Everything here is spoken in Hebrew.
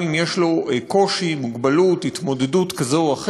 גם אם יש לו קושי, מוגבלות, התמודדות כזו או אחרת,